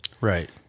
Right